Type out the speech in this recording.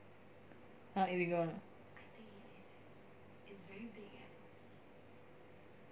!huh! illegal [one] ah